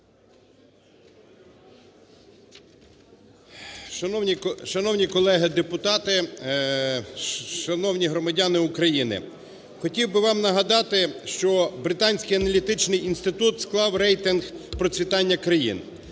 Шановні колеги депутати, шановні громадяни України, хотів би вам нагадати, що Британський аналітичний інститут склав рейтинг процвітання країн.